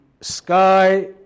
sky